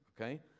okay